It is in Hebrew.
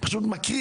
הוא פשוט מקריבים.